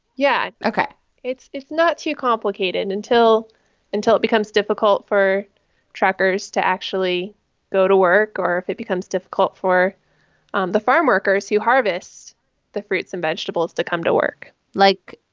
yeah ok it's it's not too complicated until until it becomes difficult for truckers to actually go to work or if it becomes difficult for um the farmworkers who harvest the fruits and vegetables to come to work like,